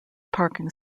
parking